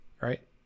right